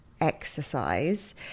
exercise